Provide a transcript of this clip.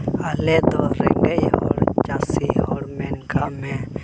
ᱟᱞᱮ ᱫᱚ ᱨᱮᱸᱜᱮᱡ ᱦᱚᱲ ᱪᱟᱹᱥᱤ ᱦᱚᱲ ᱢᱮᱱ ᱠᱟᱜ ᱢᱮ